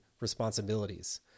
responsibilities